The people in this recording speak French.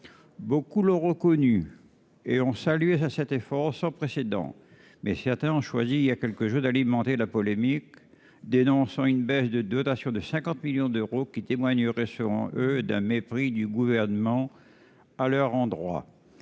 Beaucoup l'ont reconnu et ont salué cet effort sans précédent, mais certains ont choisi, il y a quelques jours, d'alimenter la polémique, en dénonçant une baisse de 50 millions d'euros des dotations, ce qui témoignerait selon eux d'un mépris du Gouvernement à leur endroit.